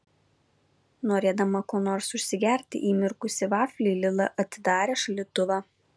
norėdama kuo nors užsigerti įmirkusį vaflį lila atidarė šaldytuvą